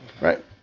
Right